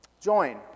Join